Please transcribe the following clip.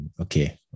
Okay